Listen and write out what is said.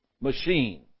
machine